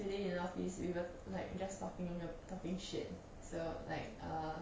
today in office we were like just talking we were talking shit so like err